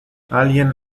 alguien